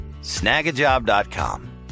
Snagajob.com